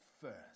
first